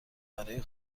برای